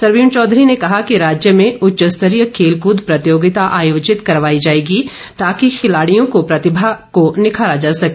सरवीण चौधरी ने कहा कि राज्य में उच्च स्तरीय खेलकूद प्रतियोगिता आयोजित करवाई जाएगी ताकि खिलाड़ियों की प्रतिभा को निखारा जा सके